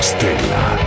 Stella